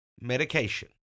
medication